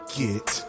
get